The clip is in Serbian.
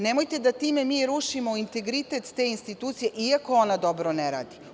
Nemojte da time mi rušimo integritet te institucije, iako ona dobro ne radi.